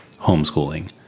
homeschooling